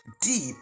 deep